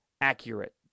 accurate